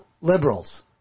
liberals